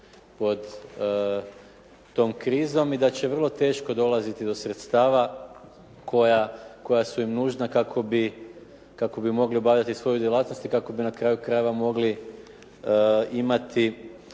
pod tom krizom i da će vrlo teško dolaziti do sredstava koja su im nužna kako bi mogla obavljati svoju djelatnost i kako bi na kraju krajeva mogli imati